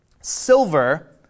Silver